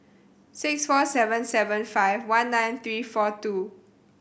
six four seven seven five one nine three four two